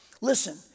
listen